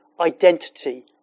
identity